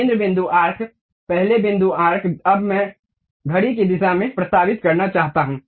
केंद्र बिंदु आर्क पहले बिंदु आर्क अब मैं घड़ी की दिशा में प्रस्तावित करना चाहता हूं